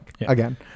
again